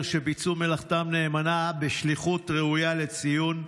שביצעו מלאכתם נאמנה בשליחות ראויה לציון,